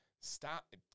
stop